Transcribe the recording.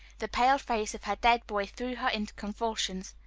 the pale face of her dead boy threw her into convulsions.